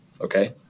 okay